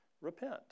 repent